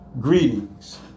Greetings